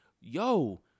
Yo